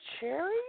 Cherry